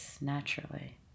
naturally